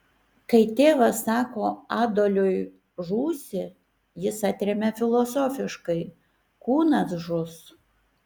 kai tėvas sako adoliui žūsi jis atremia filosofiškai kūnas žus